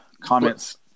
comments